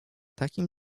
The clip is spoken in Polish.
takim